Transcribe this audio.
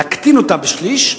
להקטין אותה בשליש,